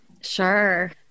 Sure